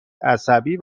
عصبی